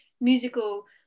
musical